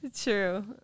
True